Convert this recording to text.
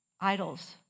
idols